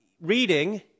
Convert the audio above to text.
reading